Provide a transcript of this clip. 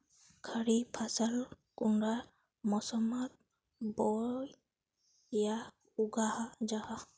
खरीफ फसल कुंडा मोसमोत बोई या उगाहा जाहा?